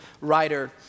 writer